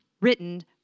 written